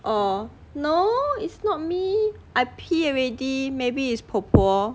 or no is not me I pee already maybe is 婆婆